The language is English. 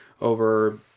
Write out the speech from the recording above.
over